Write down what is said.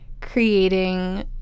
creating